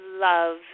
love